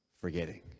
forgetting